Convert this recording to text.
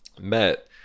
met